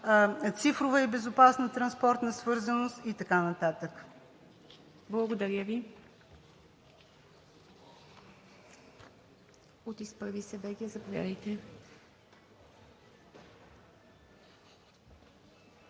цифрова и безопасна транспортна свързаност и така нататък. ПРЕДСЕДАТЕЛ